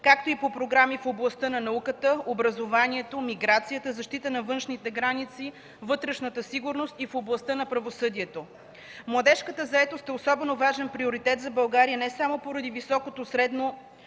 както и по програми в областта на науката, образованието, миграцията, защита на външните граници, вътрешната сигурност и в областта на правосъдието. Младежката заетост е особено важен приоритет за България не само поради по-високото от средното